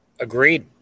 Agreed